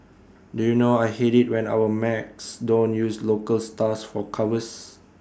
do you know I hate IT when our mags don't use local stars for covers